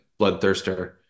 Bloodthirster